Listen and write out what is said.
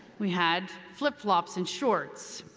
we had flip flops and shorts,